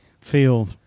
feel